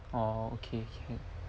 orh okay can